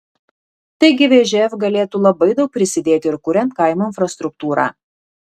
taigi vžf galėtų labai daug prisidėti ir kuriant kaimo infrastruktūrą